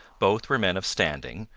both were men of standing,